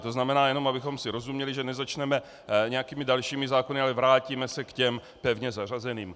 To znamená, jenom abychom si rozuměli, že nezačneme nějakými dalšími zákony, ale vrátíme se k těm pevně zařazeným.